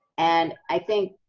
and i think,